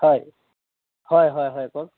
হয় হয় হয় হয় কওক